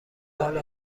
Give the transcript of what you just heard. حال